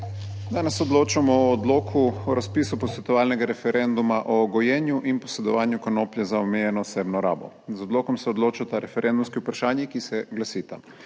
Danes odločamo o odloku o razpisu posvetovalnega referenduma o gojenju in posredovanju konoplje za omejeno osebno rabo. Z odlokom se odločata referendumski vprašanji, ki se glasita,